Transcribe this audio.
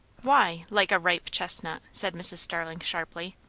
why, like a ripe chestnut? said mrs. starling sharply.